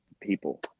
people